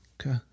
Okay